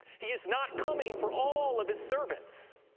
he is not coming for all of his servants,